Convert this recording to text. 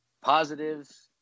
positives –